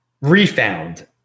Refound